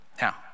Now